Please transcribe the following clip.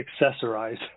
accessorize